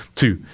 two